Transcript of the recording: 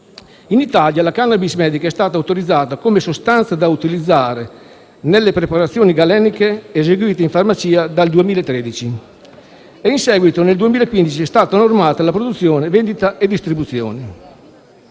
In Italia, la *cannabis* medica è stata autorizzata come sostanza da utilizzare nelle preparazioni galeniche eseguite in farmacia dal 2013; in seguito, nel 2015, ne è stata normata la produzione, la vendita e la distribuzione.